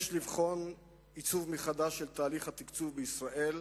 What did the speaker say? יש לבחון עיצוב מחדש של תהליך התקצוב בישראל,